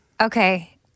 Okay